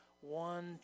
one